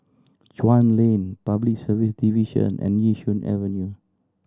Chuan Lane Public Service Division and Yishun Avenue